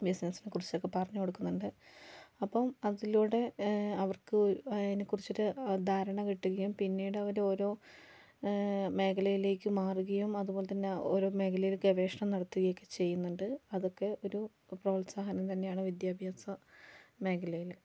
ബിസ്നസ്സിനെക്കുറിച്ചൊക്കെ പറഞ്ഞു കൊടുക്കുന്നുണ്ട് അപ്പം അതിലൂടെ അവർക്ക് അതിനെക്കുറിച്ച് ഒരു അ ധാരണ കിട്ടുകയും പിന്നീട് അവർ ഓരോ മേഖലയിലേയ്ക്ക് മാറുകയും അതുപോലെത്തന്നെ ഓരോ മേഖലയിൽ ഗവേഷണം നടത്തുകയും ഒക്കെ ചെയ്യുന്നുണ്ട് അതൊക്കെ ഒരു പ്രോത്സാഹനം തന്നെയാണ് വിദ്യാഭ്യാസ മേഖലയിൽ